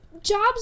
jobs